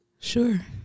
Sure